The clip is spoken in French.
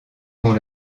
qu’on